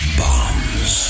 bombs